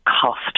cost